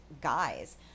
guys